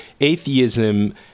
atheism